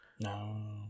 No